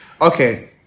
Okay